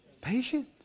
patient